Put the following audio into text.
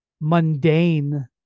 mundane